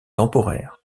temporaire